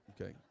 okay